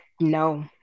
No